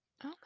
Okay